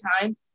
time